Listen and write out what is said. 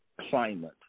climate